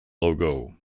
logo